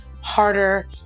harder